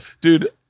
dude